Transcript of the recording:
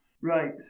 Right